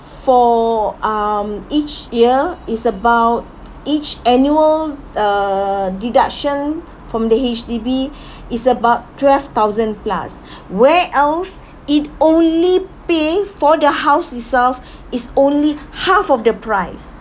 for um each year is about each annual uh deduction from the H_D_B it's about twelve thousand plus where else it only pay for the house itself is only half of the price